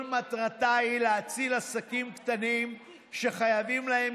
כל מטרתה היא להציל עסקים קטנים שחייבים להם